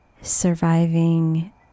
surviving